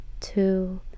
Two